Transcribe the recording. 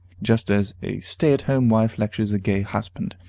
just as a stay-at-home wife lectures a gay husband,